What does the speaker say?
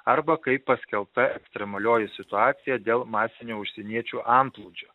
arba kai paskelbta ekstremalioji situacija dėl masinio užsieniečių antplūdžio